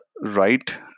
right